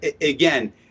again